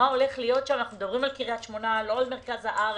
מה הולך להיות שם - אנחנו מדברים על קריית שמונה לא על מרכז הארץ.